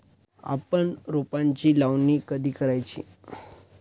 आपण रोपांची लावणी कधी करायची?